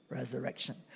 resurrection